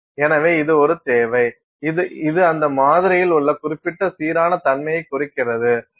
எனவே இது ஒரு தேவை இது அந்த மாதிரியில் ஒரு குறிப்பிட்ட சீரான தன்மையைக் குறிக்கிறது